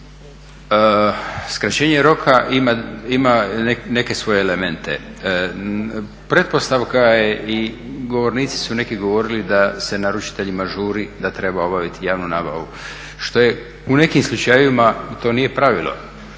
Skraćenje roka ima neke svoje elemente. Pretpostavka je i govornici su neki govorili da se naručiteljima žuri da treba obaviti javnu nabavu što u nekim slučajevima to nije pravilo.